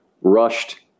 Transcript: rushed